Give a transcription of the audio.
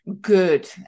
good